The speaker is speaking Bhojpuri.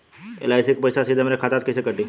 एल.आई.सी के पईसा सीधे हमरा खाता से कइसे कटी?